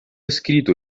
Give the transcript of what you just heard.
escrito